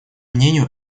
мнению